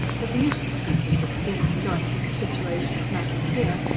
but the uselessness of the scheme, joined to the situation of matters here,